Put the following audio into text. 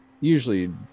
usually